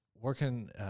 working